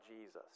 Jesus